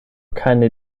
keine